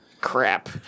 Crap